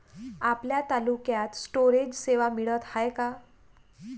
आपल्या तालुक्यात स्टोरेज सेवा मिळत हाये का?